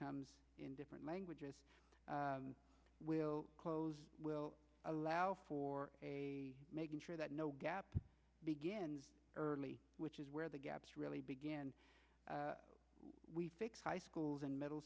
comes in different languages will close will allow for making sure that no gap begins early which is where the gaps really begin we fix high schools and middle